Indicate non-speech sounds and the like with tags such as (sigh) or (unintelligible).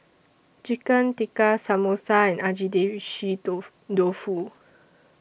Chicken Tikka Samosa and Agedashi (unintelligible) Dofu